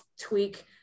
tweak